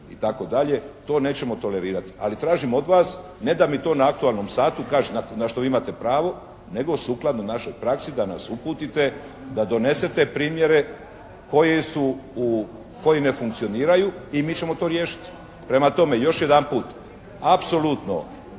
itd. to nećemo tolerirati. Ali tražim od vas ne da mi to na aktualnom satu kažete na što imate pravo nego sukladno našoj praksi da nas uputite, da donesete primjere koji ne funkcioniraju i mi ćemo to riješiti. Prema tome, još jedanput apsolutno